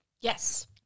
Yes